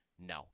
No